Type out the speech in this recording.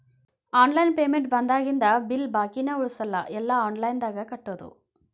online payment ಬಂದಾಗಿಂದ bill ಬಾಕಿನ ಉಳಸಲ್ಲ ಎಲ್ಲಾ ಆನ್ಲೈನ್ದಾಗ ಕಟ್ಟೋದು